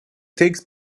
takes